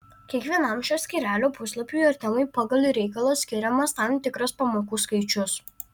kiekvienam šio skyrelio puslapiui ar temai pagal reikalą skiriamas tam tikras pamokų skaičius